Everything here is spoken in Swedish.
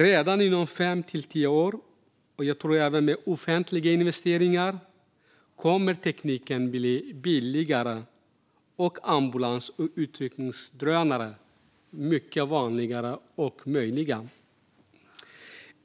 Redan inom fem till tio år, och, tror jag, även med offentliga investeringar, kommer tekniken att bli billigare och ambulans och utryckningsdrönare att bli möjliga och vanliga.